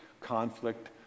conflict